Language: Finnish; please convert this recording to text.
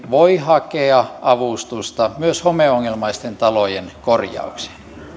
voi hakea avustusta myös homeongelmaisten talojen korjaukseen